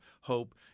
hope